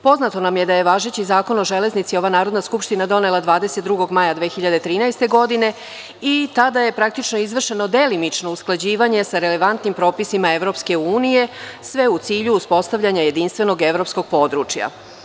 Poznato nam je da je važeći Zakon o železnici ova Narodna skupština donela 22. maja 2013. godine i tada je izvršeno delimično usklađivanje sa relevantnim propisima EU, sve u cilju uspostavljanja jedinstvenog evropskog područja.